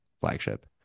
flagship